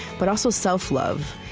but also, self-love.